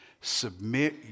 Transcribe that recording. Submit